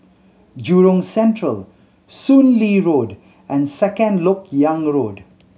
Jurong Central Soon Lee Road and Second Lok Yang Road